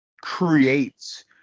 creates